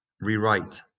rewrite